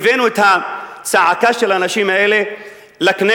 הבאנו את הצעקה של האנשים האלה לכנסת,